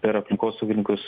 ir aplinkosaugininkus